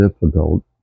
difficult